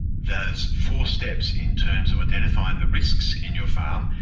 those four steps in terms of identifying the risks in your farm,